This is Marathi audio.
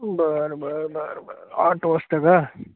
बरं बरं बरं बरं आठ वाजता का